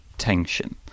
tension